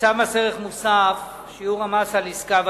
מס ערך מוסף (שיעור המס על מלכ"רים